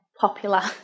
popular